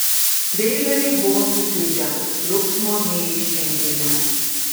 treileriai buvo sukiužę triukšmo neišvengėme